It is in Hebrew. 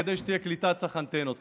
כדי שתהיה קליטה צריך אנטנות,